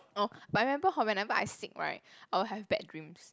oh but I remember hor whenever I sick right I will have bad dreams